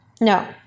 No